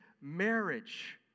marriage